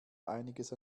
einiges